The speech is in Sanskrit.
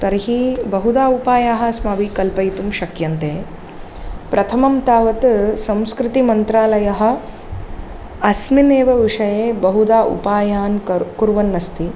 तर्हि बहुधा उपायाः अस्माभिः कल्पयितुं शक्यन्ते प्रथमं तावत् संस्कृतिमन्त्रालयः अस्मिन् विषये बहुधा उपायान् क कुर्वन्नस्ति